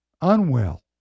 unwell